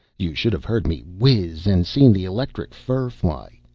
you should have heard me whiz, and seen the electric fur fly!